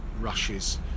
rushes